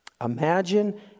imagine